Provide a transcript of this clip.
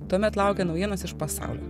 tuomet laukia naujienos iš pasaulio